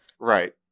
Right